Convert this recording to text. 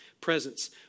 presence